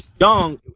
young